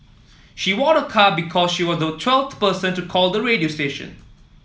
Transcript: she won a car because she was the twelfth person to call the radio station